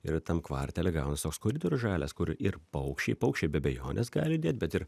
ir tam kvartele gaunas toks koridorius žalias kur ir paukščiai paukščiai be abejonės gali dėt bet ir